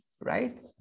right